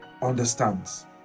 understands